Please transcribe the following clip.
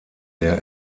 der